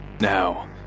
Now